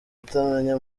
utamenye